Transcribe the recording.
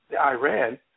Iran